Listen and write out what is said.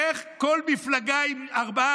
איך כל מפלגה עם ארבעה,